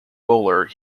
bowler